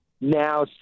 now